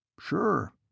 Sure